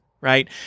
right